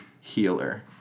Healer